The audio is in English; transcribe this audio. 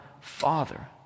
Father